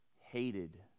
hated